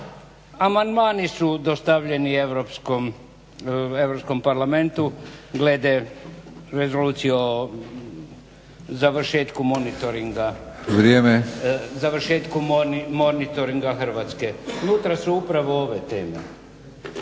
Amandmani su dostavljeni Europskom parlamentu glede Rezolucije o završetku monitoringa … /Upadica Batinić: Vrijeme./…